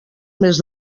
més